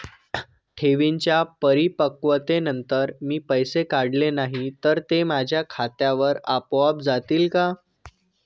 ठेवींच्या परिपक्वतेनंतर मी पैसे काढले नाही तर ते माझ्या खात्यावर आपोआप जातील का?